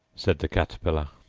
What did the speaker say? said the caterpillar.